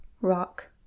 rock